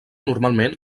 normalment